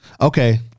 Okay